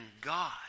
God